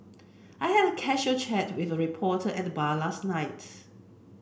I had a casual chat with a reporter at the bar last night